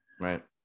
right